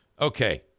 Okay